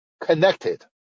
connected